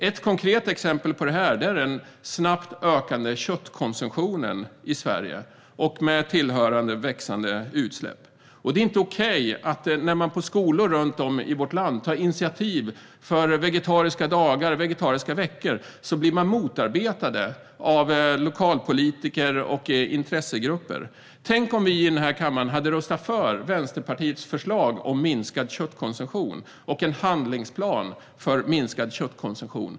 Ett konkret exempel är den snabbt ökande köttkonsumtionen i Sverige med tillhörande växande utsläpp. Det är inte okej att skolor runt om i vårt land som tar initiativ till vegetariska dagar och vegetariska veckor blir motarbetade av lokalpolitiker och intressegrupper. Tänk om vi i den här kammaren hade röstat för Vänsterpartiets förslag om minskad köttkonsumtion och en handlingsplan för minskad köttkonsumtion!